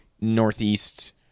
northeast